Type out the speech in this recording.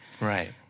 Right